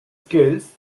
skills